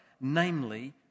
namely